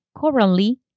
currently